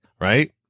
Right